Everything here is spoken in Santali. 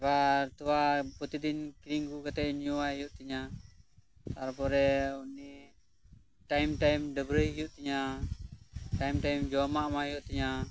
ᱮᱵᱟᱨ ᱛᱚᱣᱟ ᱯᱚᱨᱛᱤᱫᱤᱱ ᱠᱤᱨᱤᱧ ᱟᱜᱩ ᱠᱟᱛᱮᱜ ᱧᱩᱣᱟᱭ ᱦᱩᱭᱩᱜ ᱛᱤᱧᱟ ᱛᱟᱨ ᱯᱚᱨᱮ ᱩᱱᱤ ᱴᱟᱭᱤᱢ ᱴᱟᱭᱤᱢ ᱰᱟᱹᱵᱽᱨᱟᱹᱭᱮ ᱦᱩᱭᱩᱜ ᱛᱤᱧᱟ ᱴᱟᱭᱤᱢ ᱴᱟᱭᱤᱢ ᱡᱚᱢᱟᱜ ᱮᱢᱟᱭ ᱦᱩᱭᱩᱜ ᱛᱤᱧᱟ